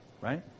right